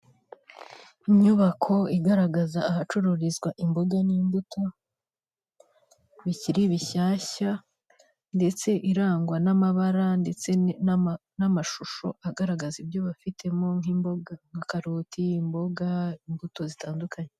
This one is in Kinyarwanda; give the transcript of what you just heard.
Inyubako igaragaza ahacururizwa imboga n'imbuto, bikiri bishyashya ndetse irangwa n'amabara ndetse n'amashusho agaragaza ibyo bafitemo nk'imboga, nka karoti, imboga imbuto zitandukanye.